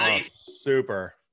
super